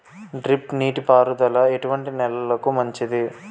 Drip నీటి పారుదల ఎటువంటి నెలలకు మంచిది?